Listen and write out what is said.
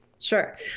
Sure